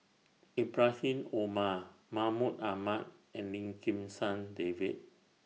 Ibrahim Omar Mahmud Ahmad and Lim Kim San David